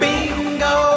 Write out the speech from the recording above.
Bingo